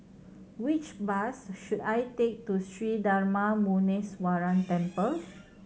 which bus should I take to Sri Darma Muneeswaran Temple